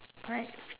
correct